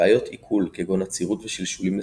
בעיות עיכול כגון עצירות ושלשולים לסירוגין,